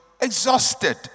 exhausted